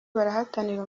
barahatanira